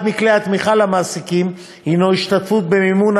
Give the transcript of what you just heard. אחד מכלי התמיכה למעסיקים הוא השתתפות במימון